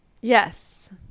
Yes